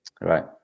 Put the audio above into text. Right